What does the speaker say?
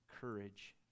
courage